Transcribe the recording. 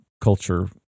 culture